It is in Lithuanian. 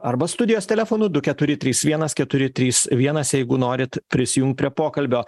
arba studijos telefonu du keturi trys vienas keturi trys vienas jeigu norit prisijungt prie pokalbio